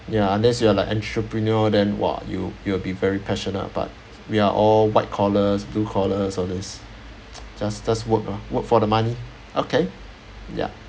ya unless you are like entrepreneur then !wah! you you will be very passionate but we are all white collars blue collars all this just just work lah work for the money okay ya